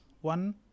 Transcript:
One